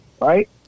Right